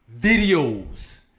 videos